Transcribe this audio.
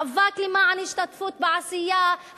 מאבק למען השתתפות בעשייה,